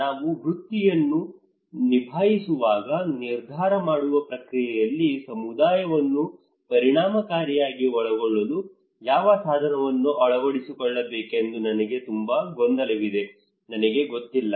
ನಾನು ವೃತಿಯನ್ನು ನಿಭಾಯಿಸುವಾಗ ನಿರ್ಧಾರ ಮಾಡುವ ಪ್ರಕ್ರಿಯೆಯಲ್ಲಿ ಸಮುದಾಯವನ್ನು ಪರಿಣಾಮಕಾರಿಯಾಗಿ ಒಳಗೊಳ್ಳಲು ಯಾವ ಸಾಧನವನ್ನು ಅಳವಡಿಸಿಕೊಳ್ಳಬೇಕೆಂದು ನನಗೆ ತುಂಬಾ ಗೊಂದಲವಿದೆ ನನಗೆ ಗೊತ್ತಿಲ್ಲ